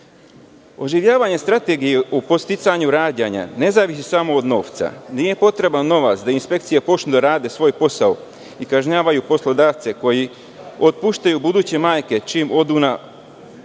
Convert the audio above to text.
kasa. Oživljavanje Strategije o podsticanju rađanja ne zavisi samo od novca. Nije potreban novac da inspekcija počne da radi svoj posao i kažnjavaju poslodavce koji otpuštaju buduće majke čim odu na